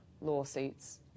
lawsuits